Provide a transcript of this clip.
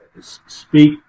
speak